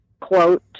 quote